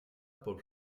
por